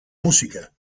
música